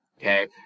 Okay